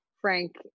Frank